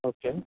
okay